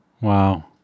Wow